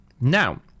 Now